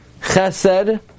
Chesed